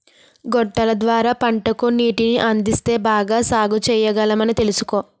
గొట్టాల ద్వార పంటకు నీటిని అందిస్తేనే బాగా సాగుచెయ్యగలమని తెలుసుకో